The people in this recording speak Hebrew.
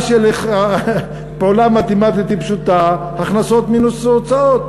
של פעולה מתמטית פשוטה: הכנסות מינוס הוצאות,